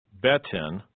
Betin